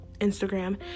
instagram